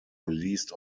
released